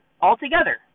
altogether